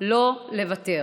לא לוותר.